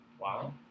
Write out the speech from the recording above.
Wow